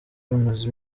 bamaze